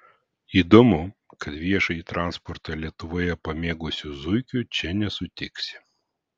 įdomu kad viešąjį transportą lietuvoje pamėgusių zuikių čia nesutiksi